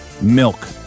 Milk